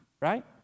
right